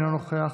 אינו נוכח,